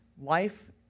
life